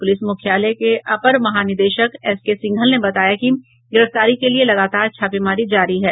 police मुख्यालय के अपर महानिदेशक एसके सिंघल ने बताया कि गिरफ्तारी के लिये लगातार छापेमारी जारी है